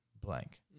blank